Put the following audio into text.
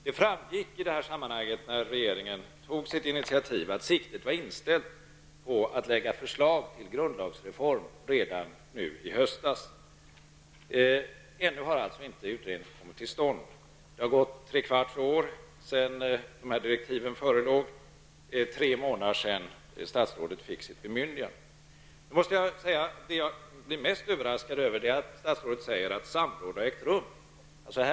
Det framgick i sammanhanget när regeringen tog sitt initiativ att siktet var inställt på att lägga fram förslag till en grundlagsreform redan nu i höstas. Utredningen har ännu inte kommit till stånd. Det har gått tre kvarts år sedan direktiven förelåg, och det är tre månader sedan statsrådet fick sitt bemyndigande. Jag blir mest överraskad över att statsrådet säger att samråd har ägt rum.